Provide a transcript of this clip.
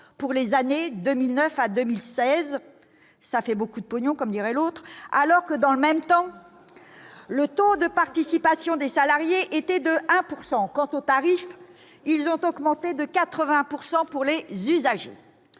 pour les années 2009 à 2016. Cela fait beaucoup de pognon, comme dirait l'autre ... Dans le même temps, le taux de participation des salariés était de 1 %. Quant aux tarifs, ils ont augmenté de 80 %. Nous ne voulons